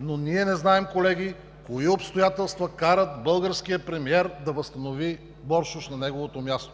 но ние не знаем, колеги, кои обстоятелства карат българския премиер да възстанови Боршош на неговото място.